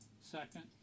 Second